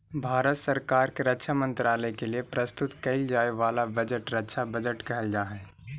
भारत सरकार के रक्षा मंत्रालय के लिए प्रस्तुत कईल जाए वाला बजट रक्षा बजट कहल जा हई